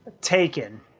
Taken